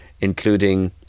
including